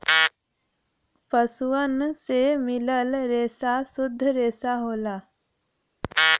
पसुअन से मिलल रेसा सुद्ध रेसा होला